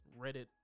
Reddit